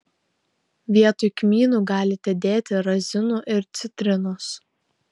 vietoj kmynų galite dėti razinų ir citrinos